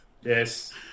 Yes